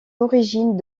origines